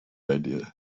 idea